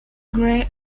grey